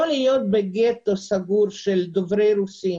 לא להיות סגורים בגטו של דוברי רוסית.